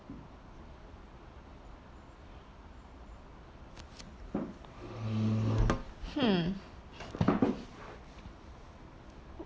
hmm